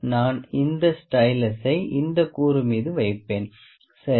நான் இந்த ஸ்டைலஸை இந்த கூறு மீது வைப்பேன் சரி